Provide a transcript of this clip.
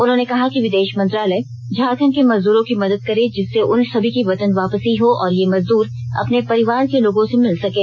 उन्होंने कहा कि विदेश मंत्रालय झारखंड के मजदूरों की मदद करे जिससे उन सभी की वतन वापसी हो और ये मजदूर अपने परिवार के लोगों से मिल सकें